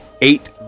eight